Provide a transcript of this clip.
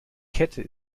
kette